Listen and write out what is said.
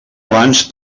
abans